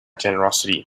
generosity